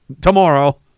tomorrow